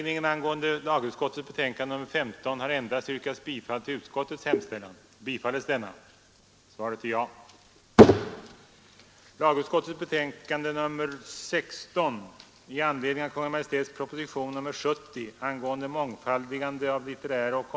För budgetåret 1973/74 beräknas denna ersättning utgå med 1,2 miljoner kronor.”